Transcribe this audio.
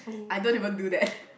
I don't even do that